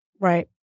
Right